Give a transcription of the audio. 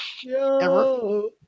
Yo